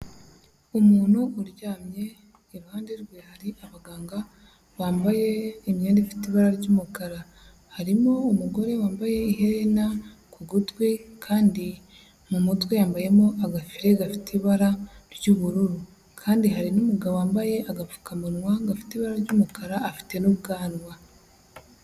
Umuntu uryamye, iruhande rwe hari abaganga bambaye imyenda ifite ibara ry'umukara, harimo umugore wambaye iherena ku gutwi kandi mu mutwe yambayemo agafire gafite ibara ry'ubururu kandi hari n'umugabo wambaye agapfukamunwa gafite ibara ry'umukara afite n'ubwanwa.